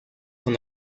con